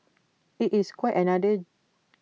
IT is quite another